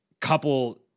couple